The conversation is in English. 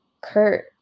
Kurt